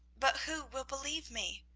but who will believe me?